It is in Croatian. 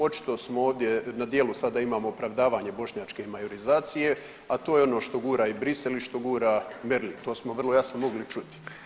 Očito smo ovdje, na djelu sada imamo opravdavanje bošnjačke majorizacije, a to je ono što gura i Brisel i što gura … [[Govornik se ne razumije]] to smo vrlo jasno mogli čuti.